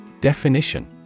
Definition